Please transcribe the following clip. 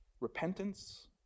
Repentance